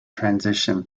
transition